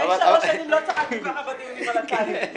לפני שלוש שנים לא צחקתי כך בדיונים על התאגיד.